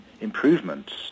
improvements